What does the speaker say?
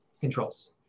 controls